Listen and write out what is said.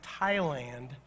Thailand